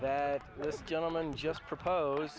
this gentleman just propose